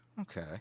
Okay